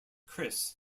chris